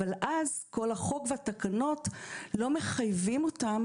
אבל אז כל החוק והתקנות לא מחייבים אותם